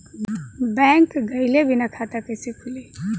Bank गइले बिना खाता कईसे खुली?